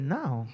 now